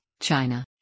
China